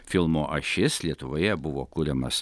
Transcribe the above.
filmo ašis lietuvoje buvo kuriamas